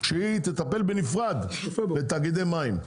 שהיא תטפל בנפרד בתאגידי מים,